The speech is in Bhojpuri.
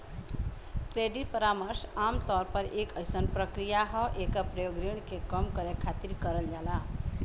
क्रेडिट परामर्श आमतौर पर एक अइसन प्रक्रिया हौ एकर प्रयोग ऋण के कम करे खातिर करल जाला